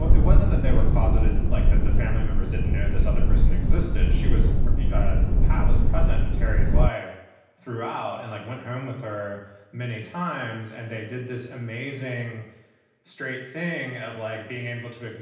but it wasn't that they were closeted like that. the family members didn't know this other person existed. she was yeah part was present in terri's life throughout. and like, went home with her many times. and they did this amazing straight thing of like being able to, and